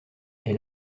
est